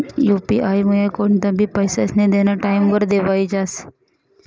UP आयमुये कोणतंबी पैसास्नं देनं टाईमवर देवाई जास